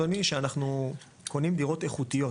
אדוני שאנחנו קונים דירות איכותיות